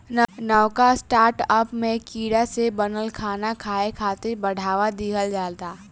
नवका स्टार्टअप में कीड़ा से बनल खाना खाए खातिर बढ़ावा दिहल जाता